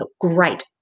great